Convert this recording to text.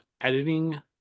editing